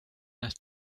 topped